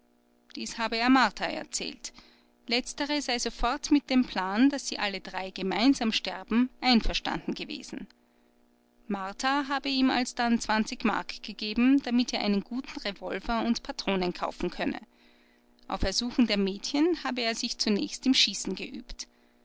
dies habe er martha erzählt letztere sei sofort mit dem plan daß sie alle drei gemeinsam sterben einverstanden gewesen martha habe ihm alsdann mark gegeben damit er einen guten revolver und patronen kaufen könne auf ersuchen der mädchen habe er sich zunächst im schießen geübt